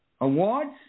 awards